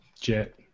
jet